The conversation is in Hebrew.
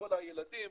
לכל הילדים.